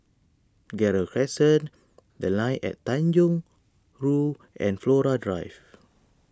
Gerald Crescent the Line At Tanjong Rhu and Flora Drive